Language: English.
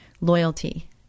loyalty